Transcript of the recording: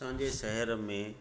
असांजे शहर में